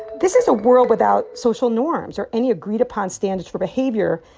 this is a world without social norms or any agreed upon standards for behavior.